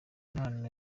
impano